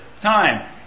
Time